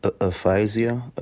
aphasia